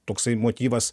toksai motyvas